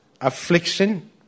affliction